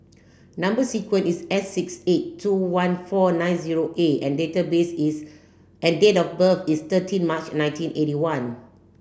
number sequence is S six eight two one four nine zero A and database is and date of birth is thirteen March nineteen eighty one